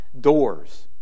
doors